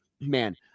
man